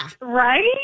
Right